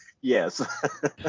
yes